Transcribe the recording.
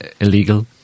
illegal